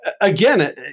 Again